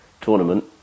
tournament